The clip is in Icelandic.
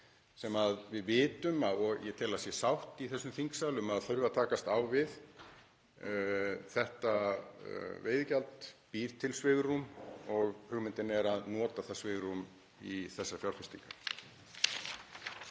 sem við vitum, og ég tel að sátt sé um það í þessum þingsal, að þarf að takast á við. Þetta veiðigjald býr til svigrúm og hugmyndin er að nota það svigrúm í þessar fjárfestingar.